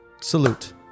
Salute